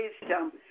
wisdom